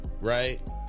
right